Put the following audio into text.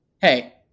Hey